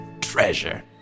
treasure